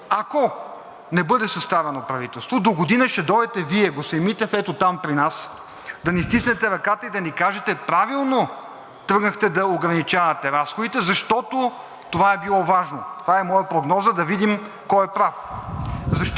Ако не бъде съставено правителство, догодина ще дойдете Вие, господин Митев, ето там при нас, да ни стиснете ръката и да ни кажете: „Правилно тръгнахте да ограничавате разходите, защото това е било важно.“ Това е моя прогноза, да видим кой е прав.